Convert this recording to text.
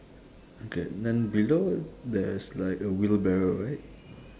okay then below there's like a wheelbarrow right